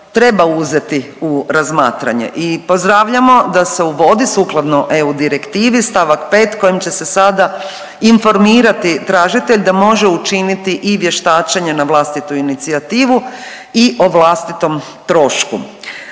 treba uzeti u razmatranje. I pozdravljamo da se uvodi sukladno EU direktivi stavak 5. kojim će se sada informirati tražitelj da može učiniti i vještačenje na vlastitu inicijativu i o vlastitom trošku.